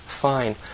fine